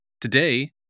Today